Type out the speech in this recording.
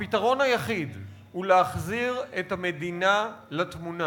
הפתרון היחיד הוא להחזיר את המדינה לתמונה,